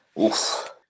Oof